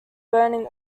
burning